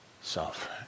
self